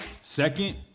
Second